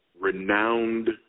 renowned